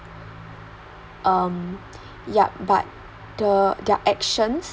um yup but the their actions